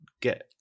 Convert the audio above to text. get